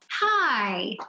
Hi